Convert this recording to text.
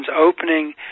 opening